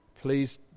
please